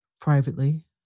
Privately